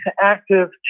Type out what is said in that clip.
active